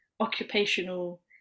occupational